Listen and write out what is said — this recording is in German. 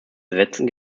besetzten